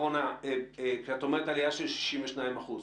כשאת אומרת עלייה של 62 אחוזים,